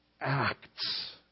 acts